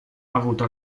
avuto